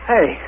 Hey